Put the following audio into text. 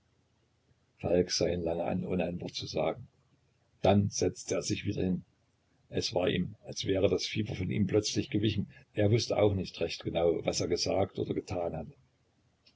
falk sah ihn lange an ohne ein wort zu sagen dann setzte er sich wieder hin es war ihm als wäre das fieber von ihm plötzlich gewichen er wußte auch nicht recht genau was er gesagt oder getan hatte